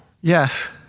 Yes